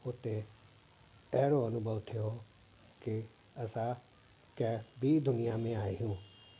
हुते अहिड़ो अनुभव थियो कंहिं असां कंहिं ॿी दुनिया में आहियूं